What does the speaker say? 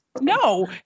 no